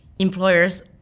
Employers